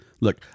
look